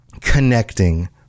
connecting